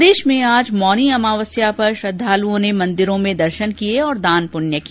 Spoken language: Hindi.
प्रदेश में आज मौनी अमावस्या पर श्रद्धालुओं ने मंदिरों में दर्शन किये और दान पृण्य किया